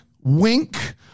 wink